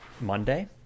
Monday